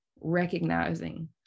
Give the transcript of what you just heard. recognizing